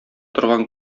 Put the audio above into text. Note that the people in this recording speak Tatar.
торган